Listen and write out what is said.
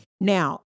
Now